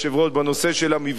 בנושא של המבצע,